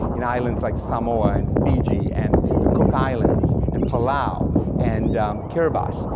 in islands like samoa and fiji and the cook islands, and palau and kiribati,